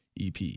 EP